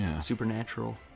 Supernatural